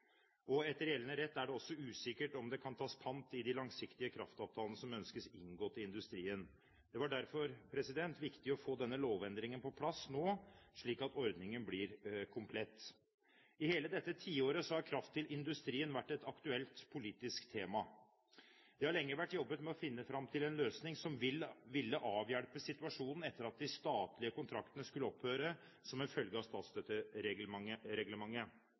konkurssituasjonen. Etter gjeldende rett er det også usikkert om det kan tas pant i de langsiktige kraftavtalene som ønskes inngått i industrien. Det var derfor viktig å få denne lovendringen på plass nå, slik at ordningen blir komplett. I hele dette tiåret har kraft til industrien vært et aktuelt politisk tema. Det har lenge vært jobbet med å finne fram til en løsning som ville avhjelpe situasjonen etter at de statlige kontraktene skulle opphøre som en følge av